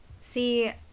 See